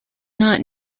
not